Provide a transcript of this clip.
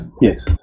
Yes